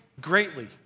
greatly